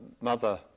mother